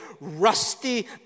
rusty